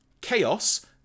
Chaos